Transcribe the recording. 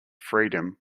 freedom